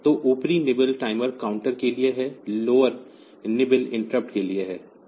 तो ऊपरी nibble timer counter के लिए है लोअर नीबल इंटरप्ट के लिए है